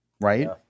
right